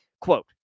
quote